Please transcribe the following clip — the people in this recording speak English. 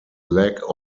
lack